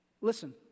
Listen